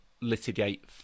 litigate